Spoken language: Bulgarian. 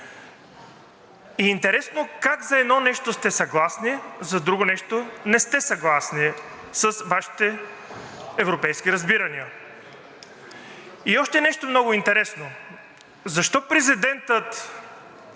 Интересно как за едно нещо сте съгласни, за друго нещо не сте съгласни с Вашите европейски разбирания. И още нещо много интересно. Защо президентът